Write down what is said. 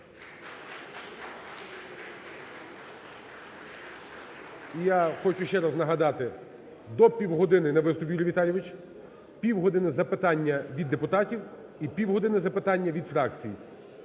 я хочу ще раз нагадати, до півгодини – на виступ, Юрій Віталійович, півгодини – запитання від депутатів і півгодини – запитання від фракцій.